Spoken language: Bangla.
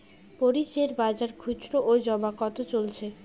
মরিচ এর বাজার খুচরো ও জমা কত চলছে?